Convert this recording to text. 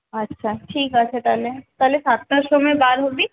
আচ্ছা ঠিক আছে তাহলে তাহলে সাতটার সময় বার হবি